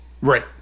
Right